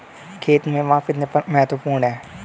खेत में माप कितना महत्वपूर्ण है?